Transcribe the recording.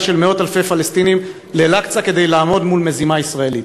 של מאות אלפי פלסטינים לאל-אקצא כדי לעמוד מול מזימה ישראלית.